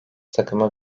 takımı